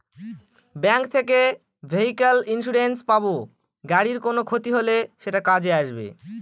bank থেকে vehicle insurance পাব গাড়ির কোনো ক্ষতি হলে সেটা কাজে আসবে